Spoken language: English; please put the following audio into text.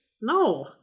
No